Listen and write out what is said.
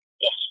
yes